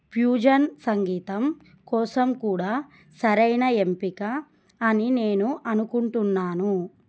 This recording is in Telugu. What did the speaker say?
ఫ్యూజన్ సంగీతం కోసం కూడా సరైన ఎంపిక అని నేను అనుకుంటున్నాను